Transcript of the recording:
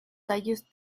tallos